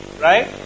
right